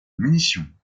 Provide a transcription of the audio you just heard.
munitions